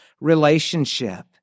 relationship